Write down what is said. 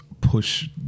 push